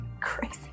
Crazy